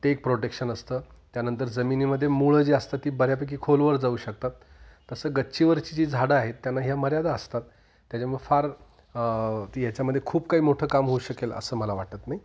ते एक प्रोटेक्शन असतं त्यानंतर जमिनीमध्ये मुळे जी असतात ती बऱ्यापैकी खोलवर जाऊ शकतात तसं गच्चीवरची जी झाडं आहेत त्यांना ह्या मर्यादा असतात त्याच्यामुळे फार ती ह्याच्यामध्ये खूप काही मोठं काम होऊ शकेल असं मला वाटत नाही